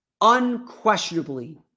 unquestionably